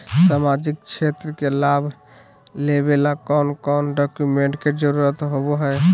सामाजिक क्षेत्र के लाभ लेबे ला कौन कौन डाक्यूमेंट्स के जरुरत होबो होई?